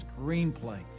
screenplay